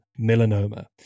melanoma